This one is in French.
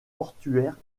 portuaire